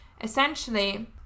essentially